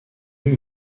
eut